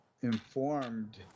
informed